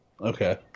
okay